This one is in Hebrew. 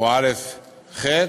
או א' ח'